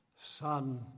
Son